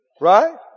Right